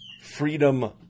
freedom